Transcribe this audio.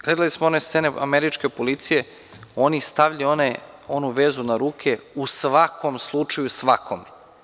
Gledali smo one scene američke policije, oni stavljaju onu vezu na ruke u svakom slučaju, svakome.